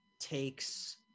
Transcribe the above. takes